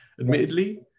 admittedly